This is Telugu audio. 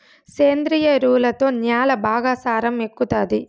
సేంద్రియ ఎరువుతో న్యాల బాగా సారం ఎక్కుతాది